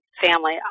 family